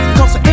cause